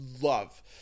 love